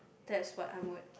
that's what I'm good